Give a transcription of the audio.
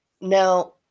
Now